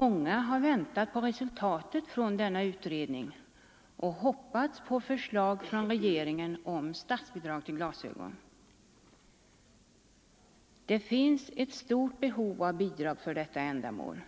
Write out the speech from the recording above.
Många har väntat på resultatet från denna utredning och hoppats på förslag från regeringen om statsbidrag till glasögon. Det finns ett stort behov av bidrag för detta ändamål,